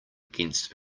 against